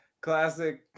Classic